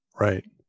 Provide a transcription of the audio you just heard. Right